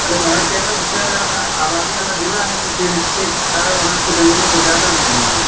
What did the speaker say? अरे वहाँ क्या है न सबसे ज्यादा आबादी वाला जिला है तो फिर इसके कारण वहाँ की जमीनें कुछ ज्यादा महंगी हैं